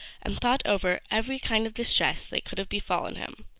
and thought over every kind of distress that could have befallen him,